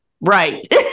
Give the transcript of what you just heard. Right